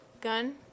gun